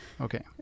Okay